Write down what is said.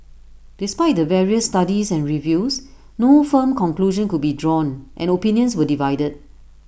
despite the various studies and reviews no firm conclusion could be drawn and opinions were divided